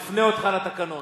אני מפנה אותך לתקנון.